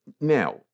Now